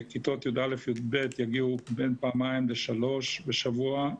כיתות י"א י"ב יגיעו בין פעמיים לשלוש בשבוע,